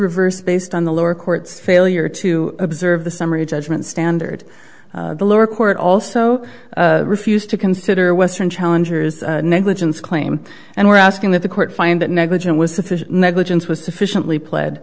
reverse based on the lower court's failure to observe the summary judgment standard the lower court also refused to consider western challengers negligence claim and were asking that the court find that negligent was sufficient negligence was sufficiently